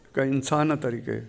हिकु इंसानु तरीक़े